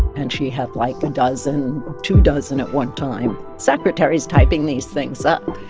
and she had, like, a dozen, two dozen at one time secretaries typing these things up